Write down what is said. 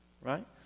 right